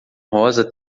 rosa